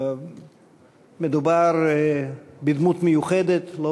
הצעות מס' 2957, 2969,